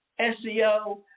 SEO